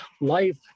life